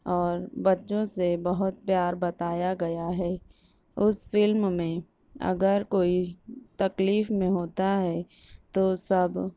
اور بچوں سے بہت پیار بتایا گیا ہے اس فلم میں اگر کوئی تکلیف میں ہوتا ہے تو سب